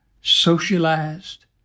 socialized